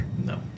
No